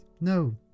No